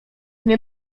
nie